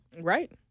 Right